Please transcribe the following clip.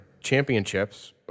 championships